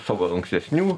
savo ankstesnių